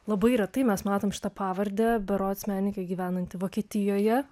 labai retai mes matom šitą pavardę berods menininkė gyvenanti vokietijoje